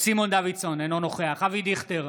סימון דוידסון, אינו נוכח אבי דיכטר,